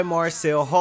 Marcel